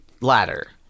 ladder